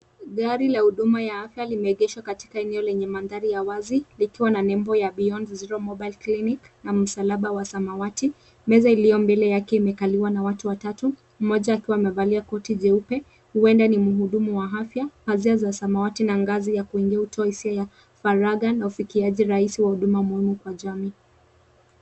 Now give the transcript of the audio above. Gari la huduma ya afya limeegeshwa katika eneo lenye mandhari ya wazi likiwa na nembo ya Beyond Zero Mobile Clinic na msalaba wa samawati. Meza iliyo mbele yake imekaliwa na watu watatu, mmoja akiwa amevalia koti jeupe huenda ni muhudumu wa afya. Pazia za samawati na ngazi za kuingia hutoa hisia ya faragha na ufikiaji rahisi wa huduma muhimu kwa jamii.